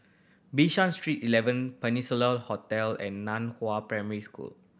Bishan Street Eleven Peninsula Hotel and Nan Hua Primary School